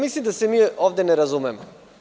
Mislim da se mi ovde ne razumemo.